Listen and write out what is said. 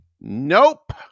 nope